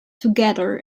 together